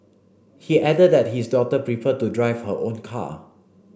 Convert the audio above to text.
he added that his daughter preferred to drive her own car